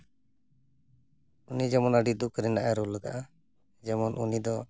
ᱩᱱᱤ ᱡᱮᱢᱚᱱ ᱟᱹᱰᱤ ᱫᱩᱠ ᱨᱮᱱᱟᱜᱼᱮ ᱨᱳᱞ ᱠᱟᱜᱼᱟ ᱡᱮᱢᱚᱱ ᱩᱱᱤ ᱫᱚ